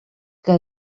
que